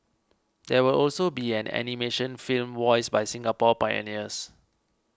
there will also be an animation film voiced by Singapore pioneers